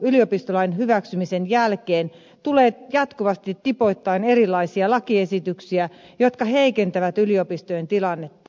yliopistolain hyväksymisen jälkeen tulee jatkuvasti tipoittain erilaisia lakiesityksiä jotka heikentävät yliopistojen tilannetta